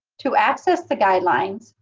to access the guidelines,